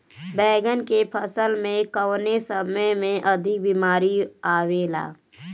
बैगन के फसल में कवने समय में अधिक बीमारी आवेला?